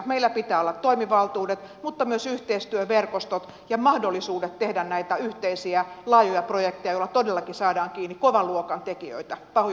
meillä pitää olla toimivaltuudet mutta myös yhteistyöverkostot ja mahdollisuudet tehdä näitä yhteisiä laajoja projekteja joilla todellakin saadaan kiinni kovan luokan tekijöitä pahoja rikollisia